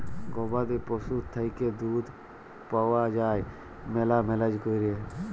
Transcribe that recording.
গবাদি পশুর থ্যাইকে দুহুদ পাউয়া যায় ম্যালা ম্যালেজ ক্যইরে